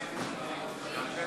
ההצעה